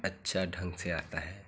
अच्छा ढंग से आता है